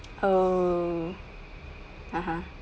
oh (uh huh)